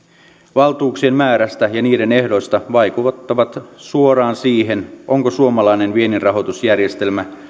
valtuuksien määrästä ja niiden ehdoista vaikuttavat suoraan siihen onko suomalainen vienninrahoitusjärjestelmä